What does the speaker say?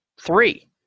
Three